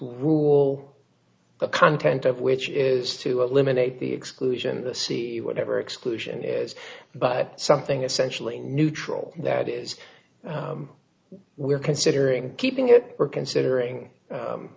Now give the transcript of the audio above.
rule the content of which is to eliminate the exclusion the c whatever exclusion is but something essentially neutral that is we're considering keeping it or considering